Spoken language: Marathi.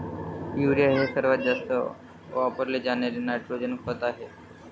युरिया हे सर्वात जास्त वापरले जाणारे नायट्रोजन खत आहे